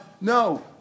No